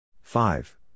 five